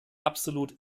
absolut